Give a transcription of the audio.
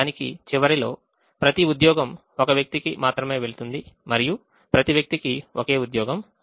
దానికి చివరలో ప్రతి ఉద్యోగం ఒక వ్యక్తికి మాత్రమే వెళుతుంది మరియు ప్రతి వ్యక్తికి ఒకే ఉద్యోగం లభిస్తుంది